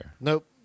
Nope